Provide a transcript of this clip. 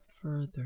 further